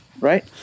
right